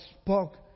spoke